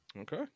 Okay